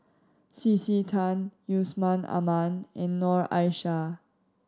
C C Tan Yusman Aman and Noor Aishah